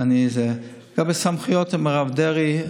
זה בסמכויות של הרב דרעי.